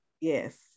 Yes